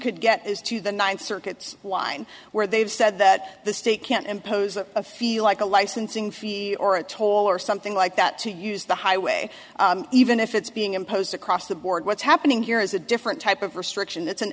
could get is to the ninth circuit's whine where they've said that the state can't impose a feel like a licensing fee or a toll or something like that to use the highway even if it's being imposed across the board what's happening here is a different type of restriction that's an